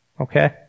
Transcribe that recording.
Okay